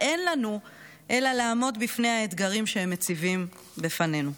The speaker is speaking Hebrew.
אין לנו אלא לעמוד בפני האתגרים שהם מציבים בפנינו.